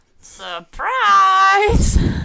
Surprise